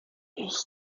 ich